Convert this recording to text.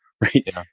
right